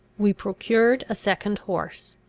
we procured a second horse.